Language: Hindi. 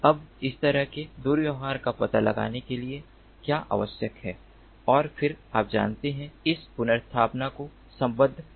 अब इस तरह के दुर्व्यवहार का पता लगाने के लिए क्या आवश्यक है और फिर आप जानते हैं इस पुनर्स्थापना को संबंध प्रदान करें